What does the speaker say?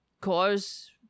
cause